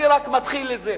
אני רק מתחיל את זה,